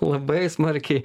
labai smarkiai